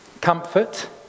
Comfort